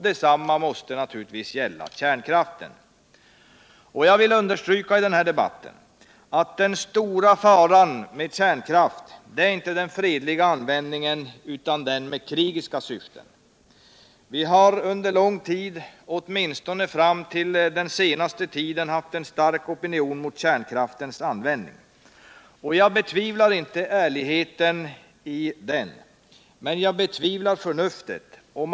Detsamma måste naturligtvis gälla kärnkraften. Jag vill understryka i den här debatten, att den stora fåran med kärnkraft inte är den fredliga användningen utan användningen med krigiska syften. Vi har under lång tid. åtminstone fram till den senaste tiden, haft en stark opinionen mot kärnkraftens användning. Jag betvivlar inte ärligheten i denna opinion, men jag betvivlar förnuftet i den.